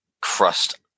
crust